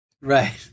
Right